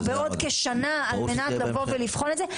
או בעוד כשנה על מנת לבוא ולבחון את זה.